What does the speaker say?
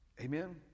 Amen